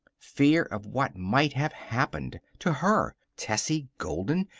fear of what might have happened to her, tessie golden,